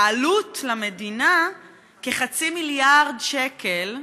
העלות למדינה כחצי מיליארד שקל,